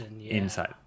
inside